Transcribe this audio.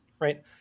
right